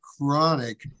chronic